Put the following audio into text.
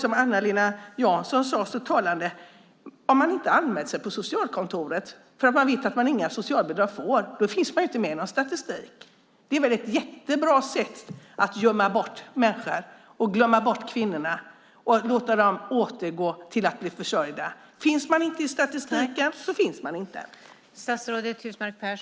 Om man inte har anmält sig på socialkontoret för att man vet att man inte får några socialbidrag finns man inte med i någon statistik, sade Eva-Lena Jansson. Det är väl ett jättebra sätt att gömma människor och glömma kvinnorna och låta dem återgå till att bli försörjda. Finns man inte i statistiken finns man inte alls.